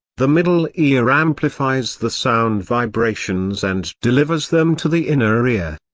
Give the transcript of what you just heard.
the middle ear amplifies the sound vibrations and delivers them to the inner ear.